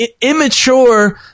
immature